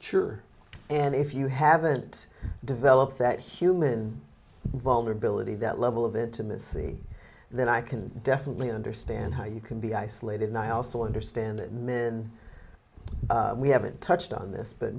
sure and if you haven't developed that human vulnerability that level of intimacy then i can definitely understand how you can be isolated and i also understand that men we haven't touched on this but